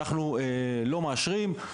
אנחנו לא מאשרים,